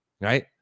right